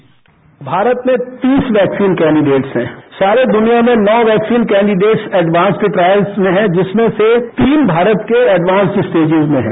sound bite भारतमें तीस vaccine candidates हैं सारे दुनिया में नौ वैक्सीन कैंडीडेट्स एडवांस के ट्रायल्समें हैं जिसमें से तीन भारत के एडवांस स्टेजेस में हैं